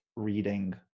Reading